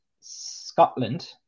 Scotland